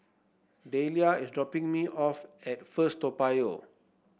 Delia is dropping me off at First Toa Payoh